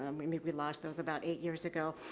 um we maybe lost, that was about eight years ago,